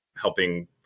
helping